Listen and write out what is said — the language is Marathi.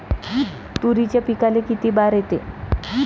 तुरीच्या पिकाले किती बार येते?